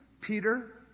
Peter